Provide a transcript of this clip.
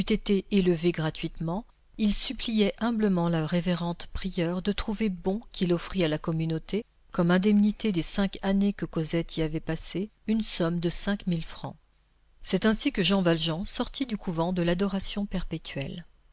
été élevée gratuitement il suppliait humblement la révérende prieure de trouver bon qu'il offrît à la communauté comme indemnité des cinq années que cosette y avait passées une somme de cinq mille francs c'est ainsi que jean valjean sortit du couvent de l'adoration perpétuelle